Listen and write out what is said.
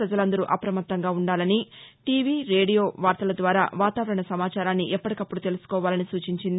ప్రజలందరూ అప్రమత్తంగా ఉండాలని టీవీ రేడియో వార్తల ద్వారా వాతావరణ సమాచారాన్ని ఎప్పటికప్పుడు తెలుసుకోవాలని సూచించింది